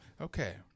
Okay